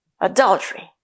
adultery